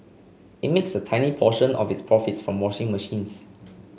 it makes a tiny proportion of its profits from washing machines